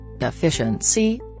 efficiency